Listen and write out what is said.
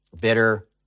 Bitter